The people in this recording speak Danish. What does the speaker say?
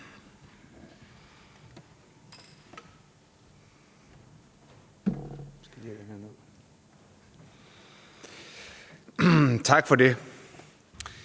Tak for det.